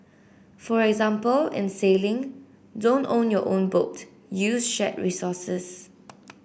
for example in sailing don't own your own boat use shared resources